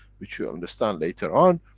which you'll understand later on,